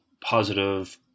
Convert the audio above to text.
positive